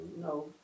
no